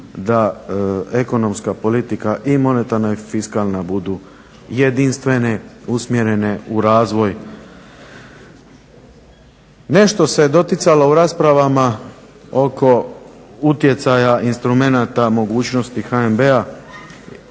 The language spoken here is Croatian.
da ekonomska politika, i monetarna i fiskalna budu jedinstvene, usmjerene u razvoj. Nešto se doticalo u raspravama oko utjecaja instrumenata, mogućnosti HNB-a,